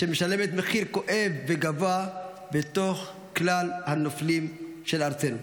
שמשלמת מחיר כואב וגבוה בתוך כלל הנופלים של ארצנו.